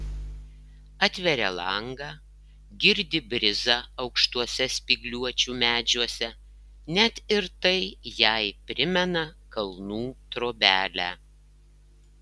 atveria langą girdi brizą aukštuose spygliuočių medžiuose net ir tai jai primena kalnų trobelę